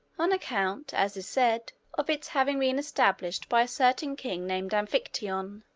on account, as is said, of its having been established by a certain king named amphictyon.